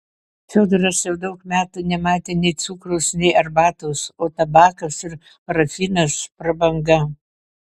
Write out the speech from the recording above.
fiodoras jau daug metų nematė nei cukraus nei arbatos o tabakas ir parafinas prabanga